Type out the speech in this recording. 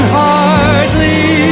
hardly